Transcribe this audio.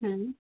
હમ